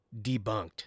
Debunked